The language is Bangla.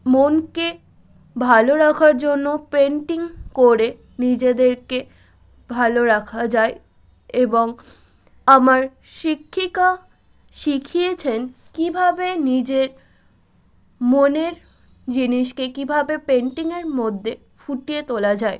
মনকে ভালো রাখার জন্য পেন্টিং করে নিজেদেরকে ভালো রাখা যায় এবং আমার শিক্ষিকা শিখিয়েছেন কীভাবে নিজের মনের জিনিসকে কীভাবে পেন্টিংয়ের মধ্যে ফুটিয়ে তোলা যায়